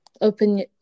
open